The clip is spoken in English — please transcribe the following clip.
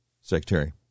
Secretary